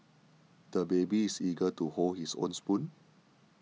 the baby is eager to hold his own spoon